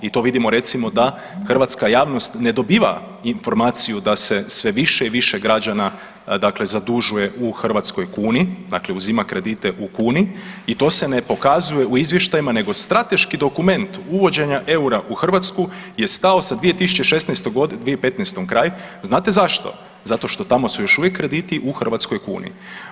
I to vidimo recimo da hrvatska javnost ne dobiva informaciju da se sve više i više građana dakle zadužuje u hrvatskoj kuni, dakle uzima kredite u kuni i to se ne pokazuje u izvještajima nego strateški dokument uvođenja EUR-a u Hrvatsku je stao sa 2016., 2015. kraj, znate zašto, zato što tamo su još uvijek krediti u hrvatskoj kuni.